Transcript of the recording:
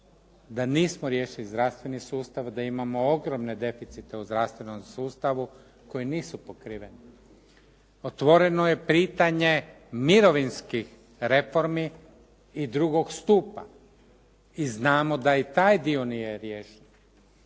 da nismo riješili zdravstveni sustav, da imamo ogromne deficite u zdravstvenom sustavu koji nisu pokriveni. Otvoreno je pitanje mirovinskih reformi i drugog stupa i znamo da i taj dio nije riješen.